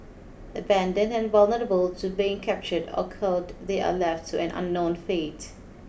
abandoned and vulnerable to being captured or culled they are left to an unknown fate